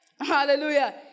hallelujah